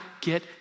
get